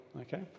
okay